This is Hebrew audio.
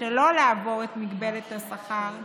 שלא לעבור את מגבלת השכר,